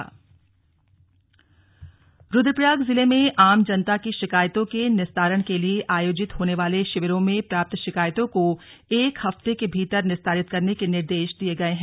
निर्देश रूद्रप्रयाग जिले में आम जनता की शिकायतों के निस्तारण के लिए आयोजित होने वाले शिविरों में प्राप्त शिकायतों को एक हफ्ते के भीतर निस्तारित करने के निर्देश दिए गए हैं